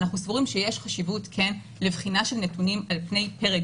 אנחנו סבורים שיש חשיבות לבחינה של נתונים על פני פרק